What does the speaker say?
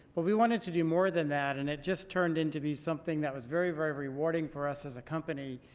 but we wanted to do more than that and it just turned into be something that was very very rewarding for us as a company.